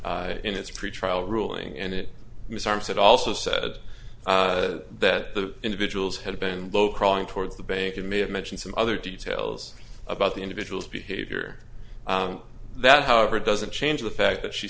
allowed in its pretrial ruling and it has arms it also said that the individuals had been low crawling towards the bank and may have mentioned some other details about the individual's behavior that however doesn't change the fact that she